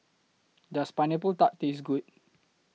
Does Pineapple Tart Taste Good